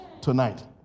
tonight